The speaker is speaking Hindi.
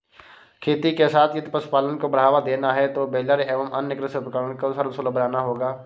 खेती के साथ यदि पशुपालन को बढ़ावा देना है तो बेलर एवं अन्य कृषि उपकरण को सर्वसुलभ बनाना होगा